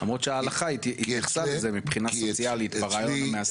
למרות שההלכה התייחסה לזה מבחינה סוציאלית ברעיון המאסדר.